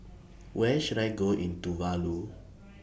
Where should I Go in Tuvalu